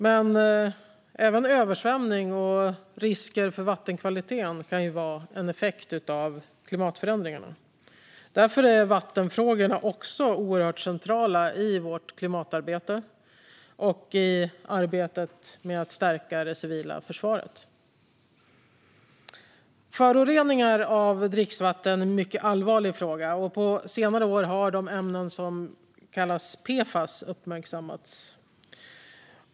Men även översvämning och risker för vattenkvaliteten kan vara effekter av klimatförändringarna. Därför är vattenfrågorna också oerhört centrala i vårt klimatarbete och i arbetet med att stärka det civila försvaret. Förorening av dricksvatten är en mycket allvarlig fråga. På senare år har de ämnen som kallas PFAS uppmärksammats.